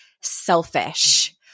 selfish